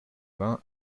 vingt